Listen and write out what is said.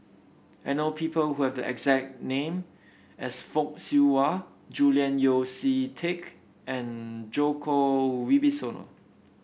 I know people who have the exact name as Fock Siew Wah Julian Yeo See Teck and Djoko Wibisono